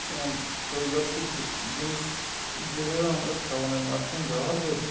তোমার তৈলাক্ত জিনিস যে ভাবে আমরা সাবানের মাধ্যমে ব্যবহার করি